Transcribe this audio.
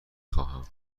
خواهم